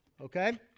okay